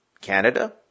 Canada